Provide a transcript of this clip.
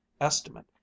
estimate